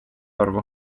arvu